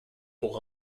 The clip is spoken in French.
pour